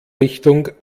richtung